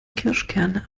kirschkerne